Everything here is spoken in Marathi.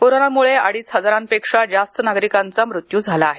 कोरोनामुळे अडीच हजारांपेक्षा जास्त नागरिकांचा मृत्यू झाला आहे